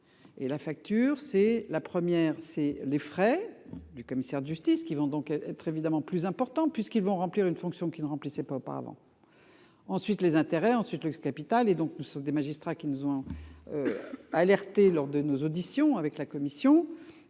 Et la facture, c'est la première, c'est les frais du commissaire de justice qui vont donc être évidemment plus important puisqu'ils vont remplir une fonction qui ne remplissaient pas auparavant. Ensuite les intérêts ensuite l'ex-capitale et donc nous sommes des magistrats qui nous ont. Alertés lors de nos auditions avec la commission